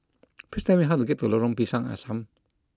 please tell me how to get to Lorong Pisang Asam